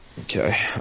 Okay